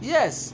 Yes